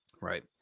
right